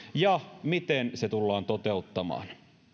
ja miten se tullaan toteuttamaan